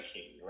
King